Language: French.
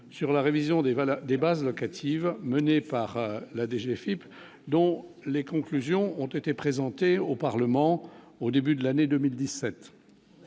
sur la révision des valeurs des bases locatives menée par la DG Philippe dont les conclusions ont été présentées au parlement au début de l'année 2017